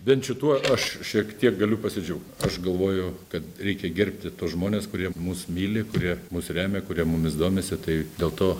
bent šituo aš šiek tiek galiu pasidžiaugt aš galvojau kad reikia gerbti tuos žmones kurie mus myli kurie mus remia kurie mumis domisi tai dėl to